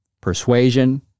persuasion